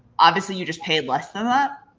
obviously you just paid less than that.